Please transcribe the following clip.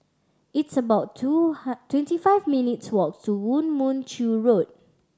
it's about two twenty five minutes' walk to Woo Mon Chew Road